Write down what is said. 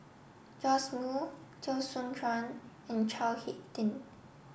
Joash Moo Teo Soon Chuan and Chao Hick Tin